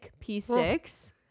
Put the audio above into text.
P6